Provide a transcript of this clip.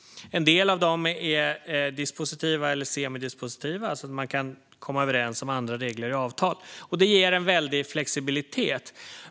En del av dem är dispositiva eller semidispositiva; man kan alltså komma överens om andra regler i avtal. Detta ger en väldig flexibilitet.